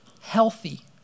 healthy